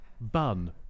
Bun